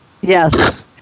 Yes